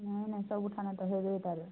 ନାଇଁ ନାଇଁ ସବୁ କାଣା ହେ ଦେଇପାରେ